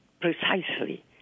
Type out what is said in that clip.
precisely